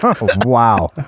Wow